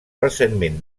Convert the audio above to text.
recentment